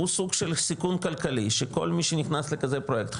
הוא סוג של סיכון כלכלי שכל מי שנכנס לכזה פרויקט,